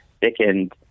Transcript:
thickened